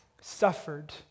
suffered